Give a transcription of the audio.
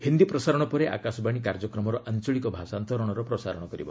ହିନ୍ଦୀ ପ୍ରସାରଣ ପରେ ଆକାଶବାଣୀ କାର୍ଯ୍ୟକ୍ରମର ଆଞ୍ଚଳିକ ଭାଷାନ୍ତରଣର ପ୍ରସାରଣ କରିବ